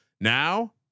Now